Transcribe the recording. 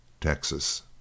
Texas